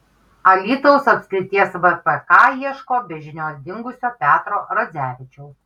alytaus apskrities vpk ieško be žinios dingusio petro radzevičiaus